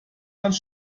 ans